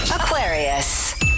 Aquarius